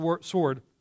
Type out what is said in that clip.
sword